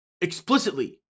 Explicitly